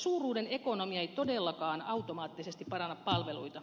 suuruuden ekonomia ei todellakaan automaattisesti paranna palveluita